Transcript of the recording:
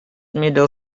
middle